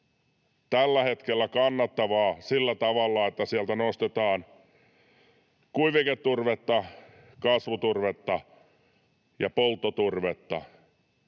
tällä hetkellä kannattavaa sillä tavalla, että sieltä nostetaan kuiviketurvetta, kasvuturvetta ja polttoturvetta.